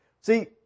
See